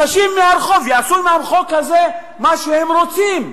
אנשים מהרחוב יעשו עם החוק הזה מה שהם רוצים.